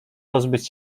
pozbyć